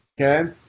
okay